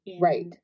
Right